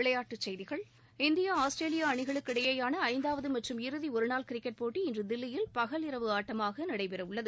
விளையாட்டுச் செய்திகள் India Australia அணிகளுக்கிடையிலான ஐந்தாவது மற்றும் இறுதி ஒருநாள் கிரிக்கெட் போட்டி இன்று தில்லியில் பகல் இரவு ஆட்டமாக நடைபெற உள்ளது